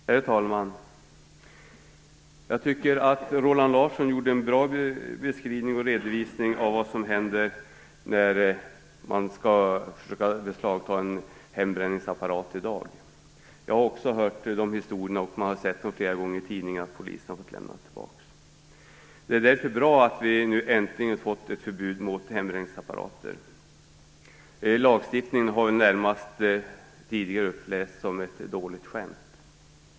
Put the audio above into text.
Herr talman! Jag tycker att Roland Larsson gjorde en bra beskrivning av vad som händer när man försöker beslagta en hembränningsapparat i dag. Också jag har hört sådana historier, och man har flera gånger i tidningarna kunnat se att polisen har fått lämna tillbaka apparater. Det är därför bra att vi nu äntligen får ett förbud mot hembränningsapparater. Lagstiftningen har tidigare upplevts närmast som ett dåligt skämt.